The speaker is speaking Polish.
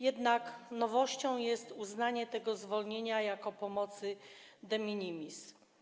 Jednak nowością jest uznanie tego zwolnienia za pomoc de minimis.